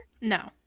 No